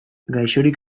gaixorik